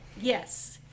yes